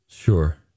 Sure